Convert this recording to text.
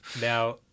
now